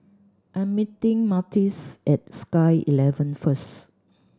I'm meeting Myrtis at Sky eleven first